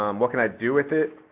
um what can i do with it?